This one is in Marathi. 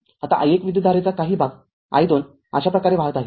आता i१ विद्युतधारेचा काही भाग i२ अशा प्रकारे वाहत आहे